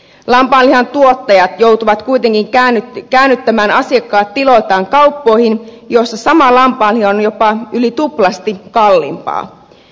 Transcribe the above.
lampaanlihan tuottajat joutuvat kuitenkin käännyttämään asiakkaat tiloiltaan kauppoihin joissa sama lampaanliha on jopa yli tuplasti kalliimpaa